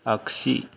आग्सि